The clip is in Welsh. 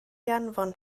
anfon